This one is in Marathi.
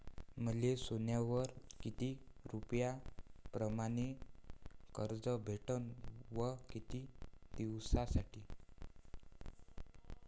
मले सोन्यावर किती रुपया परमाने कर्ज भेटन व किती दिसासाठी?